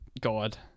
God